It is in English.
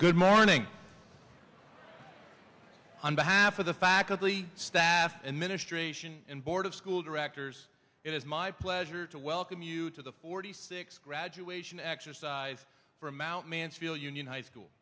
good morning on behalf of the faculty staff and ministration and board of school directors it is my pleasure to welcome you to the forty six graduation exercise for mt mansfield union high school